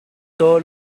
todos